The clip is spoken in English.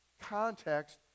Context